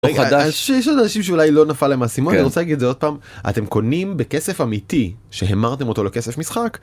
יש אנשים שאולי לא נפל להם האסימון, אני רוצה להגיד את זה עוד פעם: אתם קונים בכסף אמיתי שהמרתם אותו לכסף משחק